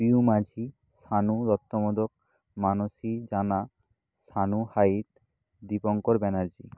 Piu Majhi Sanu Dutta Modak Mansi Jana Sanu Hait Dipankar Banerjee